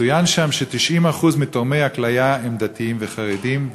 צוין שם ש-90% מתורמי הכליה הם דתיים וחרדים,